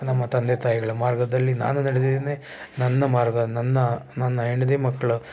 ನಮ್ಮ ತಂದೆ ತಾಯಿಗಳ ಮಾರ್ಗದಲ್ಲಿ ನಾನು ನಡೆದಿದ್ದೇನೆ ನನ್ನ ಮಾರ್ಗ ನನ್ನ ನನ್ನ ಹೆಂಡತಿ ಮಕ್ಕಳು